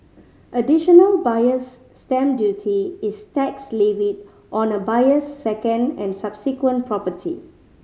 Additional Buyer's Stamp Duty is tax levied on a buyer's second and subsequent property